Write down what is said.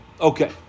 Okay